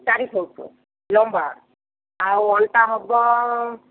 ଚାରି ଫୁଟ୍ ଲମ୍ବା ଆଉ ଅଣ୍ଟା ହେବ